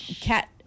cat